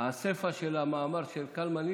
הסיפא של המאמר של קלמן ליבסקינד,